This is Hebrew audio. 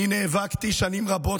אני נאבקתי שנים רבות,